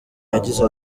yagize